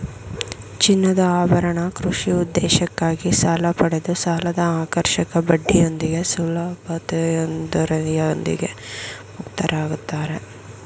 ಚಿನ್ನದಆಭರಣ ಕೃಷಿ ಉದ್ದೇಶಕ್ಕಾಗಿ ಸಾಲಪಡೆದು ಸಾಲದಆಕರ್ಷಕ ಬಡ್ಡಿಯೊಂದಿಗೆ ಸುಲಭತೊಂದರೆಯೊಂದಿಗೆ ಮುಕ್ತರಾಗುತ್ತಾರೆ